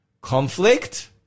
conflict